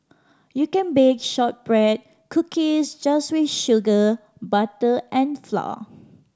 you can bake shortbread cookies just with sugar butter and flour